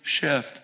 shift